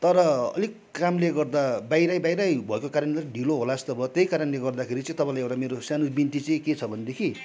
तर अलिक कामले गर्दा बाहिरै बाहिरै भएको कारणले त ढिलो होला जस्तो भयो त्यही कारणले गर्दाखेरि चाहिँ तपाईँलाई एउटा मेरो सानो बिन्ती चाहिँ के छ भनेदेखि